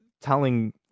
telling